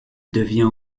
devient